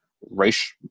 race